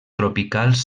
tropicals